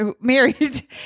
married